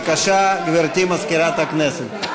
בבקשה, גברתי מזכירת הכנסת.